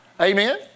Amen